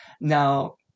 Now